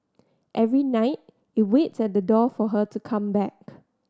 every night it waits at the door for her to come back